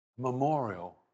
memorial